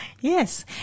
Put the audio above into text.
Yes